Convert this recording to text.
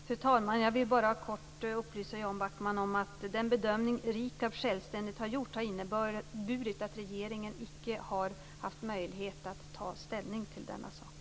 Fru talman! Jag vill bara kort upplysa Jan Backman om att den bedömning som RIKAB självständigt har gjort har inneburit att regeringen inte har haft möjlighet att ta ställning till denna sak.